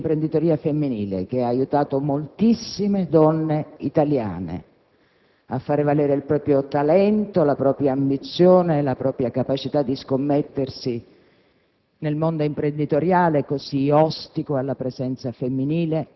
È sua l'intuizione della legge sull'imprenditoria femminile, che ha aiutato moltissime donne italiane a far valere il proprio talento, la propria ambizione, la propria capacità di mettersi